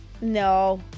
No